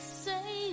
Say